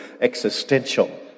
existential